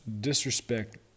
disrespect